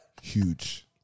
Huge